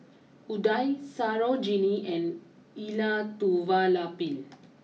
Udai Sarojini and Elattuvalapil